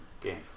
game